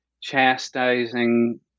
chastising